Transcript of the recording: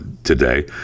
today